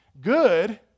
Good